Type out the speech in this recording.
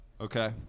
Okay